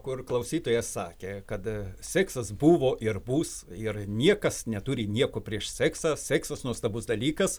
kur klausytojas sakė kad seksas buvo ir bus ir niekas neturi nieko prieš seksą seksas nuostabus dalykas